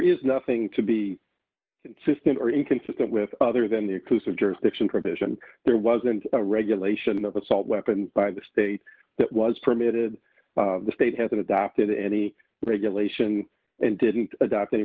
is nothing to be consistent or inconsistent with other than the exclusive jurisdiction provision there wasn't a regulation of assault weapons by the state that was permitted by the state has been adopted any regulation and didn't adopt any